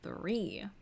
three